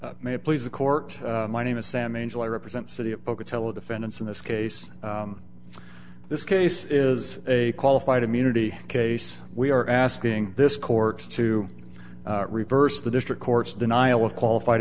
it please the court my name is sam angel i represent city of pocatello defendants in this case this case is a qualified immunity case we are asking this court to reverse the district court's denial of qualified